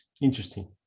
Interesting